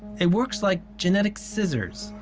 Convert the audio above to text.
it works like genetic scissors,